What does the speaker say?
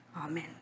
amen